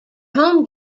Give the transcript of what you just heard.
home